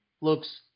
looks